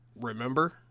remember